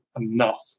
enough